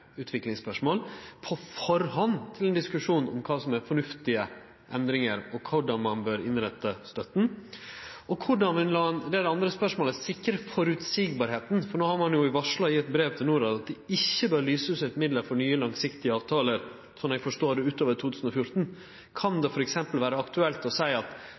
til ein diskusjon om kva som er fornuftige endringar og korleis ein bør innrette støtta? Og det andre spørsmålet er: Korleis vil ein sikre føreseielegheit? No har ein i eit brev til Norad varsla at det ikkje bør verte lyst ut midlar for nye langsiktige avtalar, slik eg forstår det, utover 2014. Kan det t.d. vere aktuelt å seie at